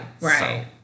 Right